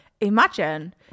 Imagine